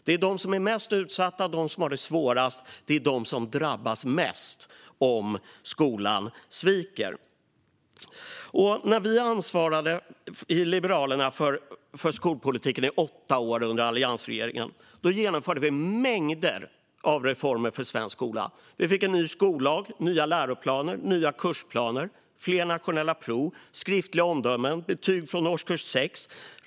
Det är de som är mest utsatta och som har det svårast som drabbas mest om skolan sviker. När Liberalerna ansvarade för skolpolitiken under åtta år i alliansregeringen genomfördes mängder av reformer för svensk skola. Vi fick en ny skollag, nya läroplaner, nya kursplaner, fler nationella prov, skriftliga omdömen och betyg från årskurs 6.